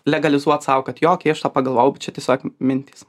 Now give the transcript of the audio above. legalizuot sau kad jo okei aš tą pagalvojau bet čia tiesiog mintys